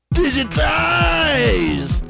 digitize